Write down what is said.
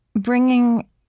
Bringing